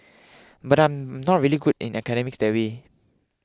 but I'm not really good in academics that way